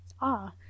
Ah